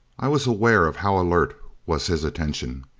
i was aware of how alert was his attention.